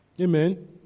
Amen